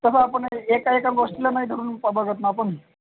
तसं आपण एका एका गोष्टीला नाही धरून प बघत ना आपण